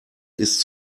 ist